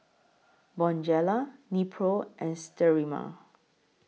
Bonjela Nepro and Sterimar